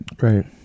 Right